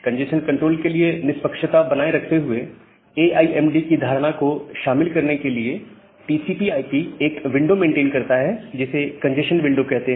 congestion control के लिए निष्पक्षता बनाए रखते हुए ए आई एम डी की धारणा को शामिल करने के लिए टीसीपी आईपी एक विंडो मेंटेन करता है जिसे एक कंजेस्शन विंडो कहते हैं